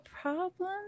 problem